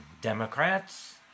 Democrats